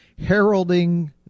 heralding